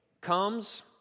comes